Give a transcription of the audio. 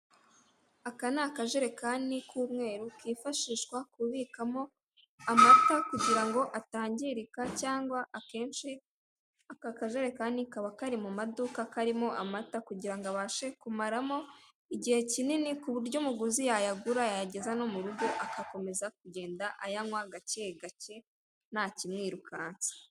Aka ni akajerekani k'umweru kifashishwa kubikamo amata kugira ngo atangirika cyangwa akenshi aka kajerekani kaba kari mu maduka karimo amata, kugirango abashe kumaramo igihe kinini ku buryo umuguzi yayagura yageza no mu rugo agakomeza kugenda ayanywa gake gake ntakimwirukansa.